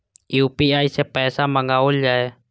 UPI सै पैसा मंगाउल जाय?